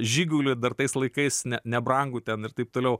žigulį dar tais laikais ne nebrangų ten ir taip toliau